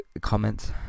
comments